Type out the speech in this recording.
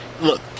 look